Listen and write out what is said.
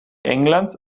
englands